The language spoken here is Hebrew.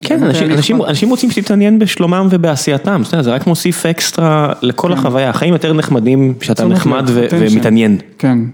כן, אנשים רוצים שתתעניין בשלומם ובעשייתם, זה רק מוסיף אקסטרה לכל החוויה, החיים יותר נחמדים כשאתה נחמד ומתעניין.